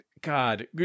God